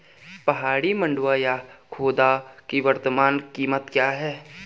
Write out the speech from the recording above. पहाड़ी मंडुवा या खोदा की वर्तमान कीमत क्या है?